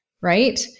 Right